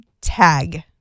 tag